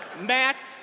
Matt